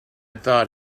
thought